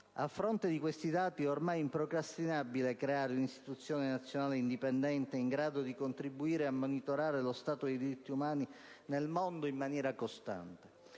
A fronte di questi dati, è ormai improcrastinabile creare un'istituzione nazionale indipendente in grado di contribuire a monitorare lo stato dei diritti umani nel mondo in maniera costante.